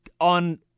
on